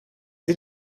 sie